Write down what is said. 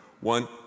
One